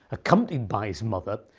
accompanied by his mother,